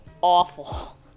awful